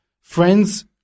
Friends